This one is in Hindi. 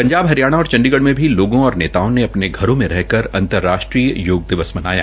पंजाब हरियाणा और चंडीगढ़ में भी लोगों और नेताओं ने अपने घरों में रहकर अंतर्राष्ट्रीय योग दिवस मनाया